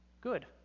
good